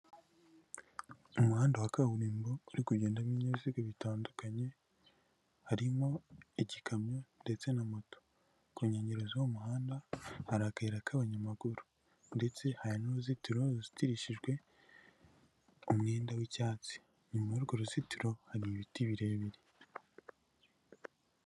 Umuhanda wa kaburimbo uri kugendamo ibinyaziga bitandukanye, harimo igikamyo ndetse na moto, ku nkengero z'umuhanda hari akayira k'abanyamaguru ndetse hari n'uruzitiro ruzitirishijwe umwenda w'icyatsi, inyuma y'urwo ruzitiro hari ibiti birebire.